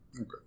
Okay